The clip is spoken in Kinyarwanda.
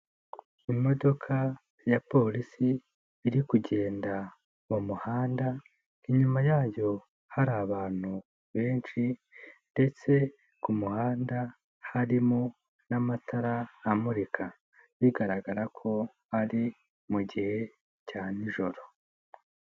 Imodoka ya polisi iri kugenda mu muhanda, inyuma yayo hari abantu benshi ndetse ku muhanda harimo n'amatara amurika, bigaragara ko ari mu gihe cya n'ijoro.